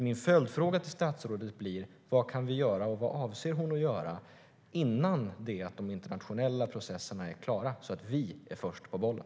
Min följdfråga till statsrådet blir därför: Vad kan vi göra och vad avser hon att göra innan de internationella processerna är klara, så att vi är först på bollen?